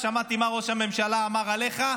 שמעתי מה שראש הממשלה אמר עליך,